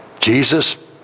Jesus